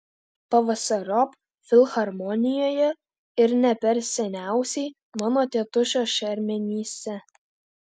pavasariop filharmonijoje ir ne per seniausiai mano tėtušio šermenyse